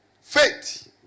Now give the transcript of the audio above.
Faith